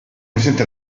presenti